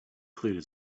cleared